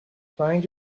trying